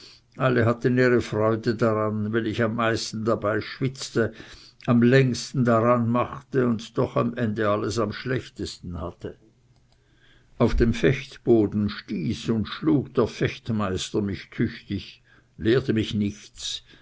alle hatten ihre freude daran wenn ich am meisten dabei schwitzte am längsten daran machte und doch am ende alles am schlechtesten hatte auf dem fechtboden stieß und schlug der fechtmeister mich tüchtig lehrte mich nichts